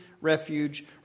refuge